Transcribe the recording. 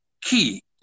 key